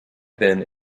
then